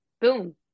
boom